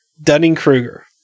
Dunning-Kruger